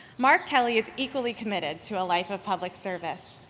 mark kelly is equally committed to a life of public service.